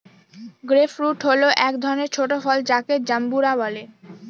grape fruit হল এক ধরনের ছোট ফল যাকে জাম্বুরা বলে